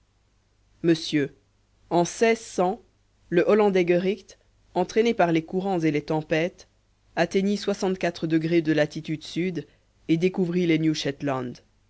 monsieur en le hollandais ghéritk entraîné par les courants et les tempêtes atteignit de latitude sud et découvrit les